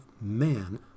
man